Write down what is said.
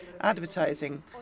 advertising